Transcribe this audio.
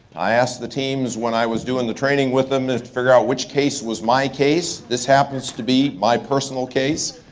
i asked the teams when i was doing the training with them, they forgot which case was my case. this happens to be my personal case.